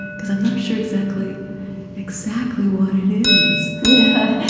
because i'm not sure exactly exactly what it is yeah,